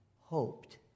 hoped